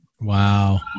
Wow